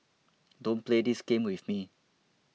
don't play this game with me